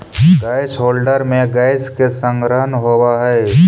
gas holder में gas के संग्रहण होवऽ हई